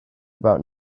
about